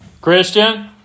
Christian